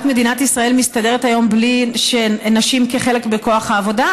מדינת ישראל מסתדרת היום בלי נשים כחלק מכוח העבודה?